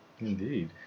indeed